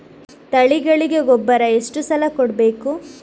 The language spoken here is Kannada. ತಳಿಗಳಿಗೆ ಗೊಬ್ಬರ ಎಷ್ಟು ಸಲ ಕೊಡಬೇಕು?